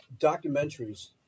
documentaries